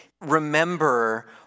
remember